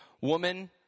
woman